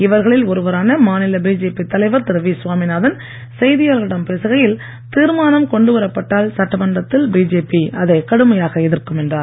இவர்களில் ஒருவரான மாநில பிஜேபி தலைவர் திரு வி சுவாமிநாதன் செய்தியாளர்களிடம் பேசுகையில் தீர்மானம் கொண்டு வரப்பட்டால் சட்டமன்றத்தில் பிஜேபி அதை கடுமையாக எதிர்க்கும் என்றார்